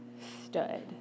stood